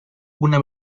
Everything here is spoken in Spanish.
una